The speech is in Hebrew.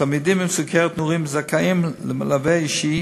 תלמידים עם סוכרת נעורים זכאים למלווה אישי